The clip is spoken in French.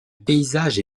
paysage